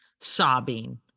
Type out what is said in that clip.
sobbing